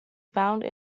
found